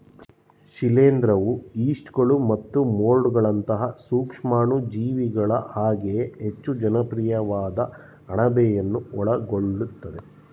ಶಿಲೀಂಧ್ರವು ಯೀಸ್ಟ್ಗಳು ಮತ್ತು ಮೊಲ್ಡ್ಗಳಂತಹ ಸೂಕ್ಷಾಣುಜೀವಿಗಳು ಹಾಗೆಯೇ ಹೆಚ್ಚು ಜನಪ್ರಿಯವಾದ ಅಣಬೆಯನ್ನು ಒಳಗೊಳ್ಳುತ್ತದೆ